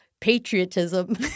patriotism